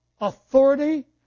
authority